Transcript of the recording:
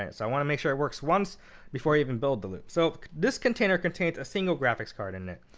so i want to make sure it works once before i even build the loop. so this container contains a single graphics card in it.